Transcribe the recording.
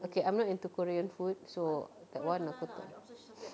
okay I'm not into korean food so that [one] aku tak nak